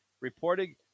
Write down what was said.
reporting